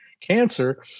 cancer